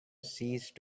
ceased